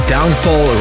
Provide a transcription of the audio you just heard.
Downfall